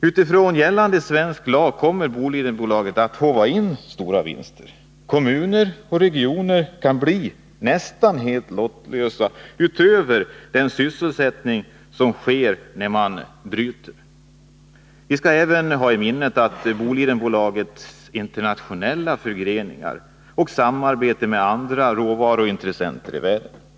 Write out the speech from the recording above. Utifrån gällande svensk lag kommer Bolidenbolaget att håva in stora vinster. Kommunerna och regionen kan bli nästan helt lottlösa, utöver det som kommer dem till del genom den sysselsättning som skapas i gruvbrytningen. Vi skall även ha i minnet att Bolidenbolaget har internationella förgreningar och samarbete med andra råvaruintressenter i världen.